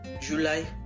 July